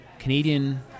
Canadian